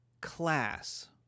class